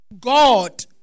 God